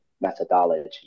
methodology